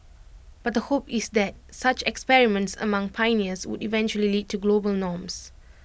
but the hope is that such experiments among pioneers would eventually lead to global norms